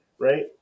right